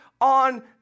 on